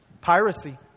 Piracy